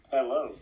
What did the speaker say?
Hello